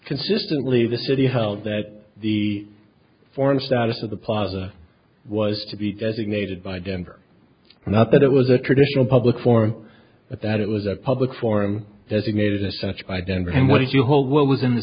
consistently the city held that the former status of the plaza was to be designated by denver not that it was a traditional public forum but that it was a public forum designated as such by denver and what did you hold what was in the